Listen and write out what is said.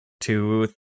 two